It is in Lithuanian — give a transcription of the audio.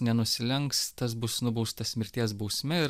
nenusilenks tas bus nubaustas mirties bausme ir